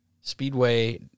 Speedway